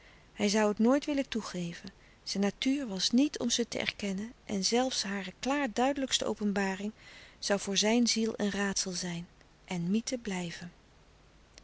hij zoû het nooit willen toegeven zijn natuur was niet om ze te erkennen en zelfs hare klaarduidelijkste openbaring zoû voor zijn ziel een raadsel zijn en mythe blijven